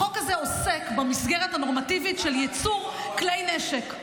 החוק הזה עוסק במסגרת הנורמטיבית של ייצור כלי נשק.